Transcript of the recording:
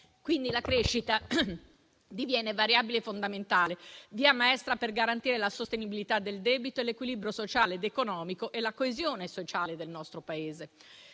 futuro. La crescita diviene variabile fondamentale, via maestra per garantire la sostenibilità del debito, l'equilibrio sociale ed economico e la coesione sociale del nostro Paese.